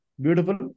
beautiful